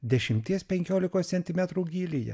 dešimties penkiolikos centimetrų gylyje